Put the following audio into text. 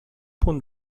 punt